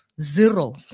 zero